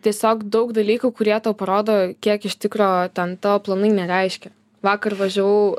tiesiog daug dalykų kurie tau parodo kiek iš tikro ten tavo planai nereiškia vakar važiavau